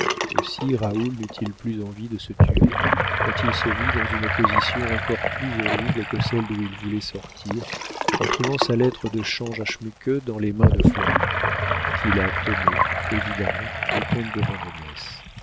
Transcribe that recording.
aussi raoul n'eut-il plus envie de se tuer quand il se vit dans une position encore plus horrible que celle d'où il voulait sortir en trouvant sa lettre de change à schmuke dans les mains de florine qui la tenait évidemment du comte de vandenesse il tenta de